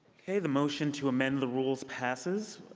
okay. the motion to amend the rules passes.